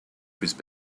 whose